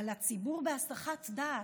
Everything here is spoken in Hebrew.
אבל הציבור בהסחת דעת,